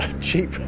cheap